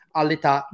all'età